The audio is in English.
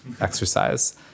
exercise